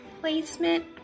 placement